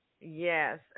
Yes